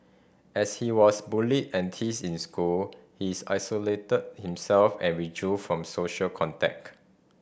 as he was bullied and teased in school he's isolated himself and withdrew from social contact